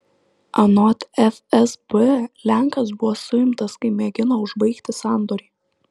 anot fsb lenkas buvo suimtas kai mėgino užbaigti sandorį